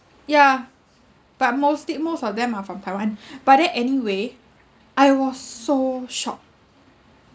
yeah but mostly most of them are from taiwan but then anyway I was so shocked